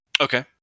Okay